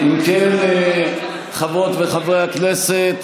נא לצאת, חבר הכנסת